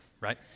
right